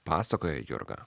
pasakoja jurga